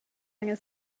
angan